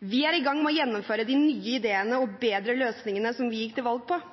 Vi er i gang med å gjennomføre de nye ideene og bedre løsningene som vi gikk til valg på.